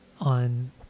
On